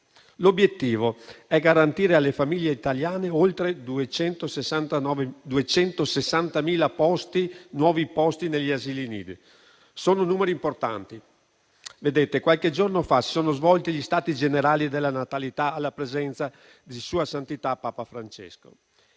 L'obiettivo è garantire alle famiglie italiane oltre 260.000 nuovi posti negli asili nidi. Sono numeri importanti. Qualche giorno fa si sono svolti gli stati generali della natalità, alla presenza di Sua Santità Papa Francesco.